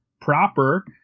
proper